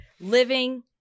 living